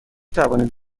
توانید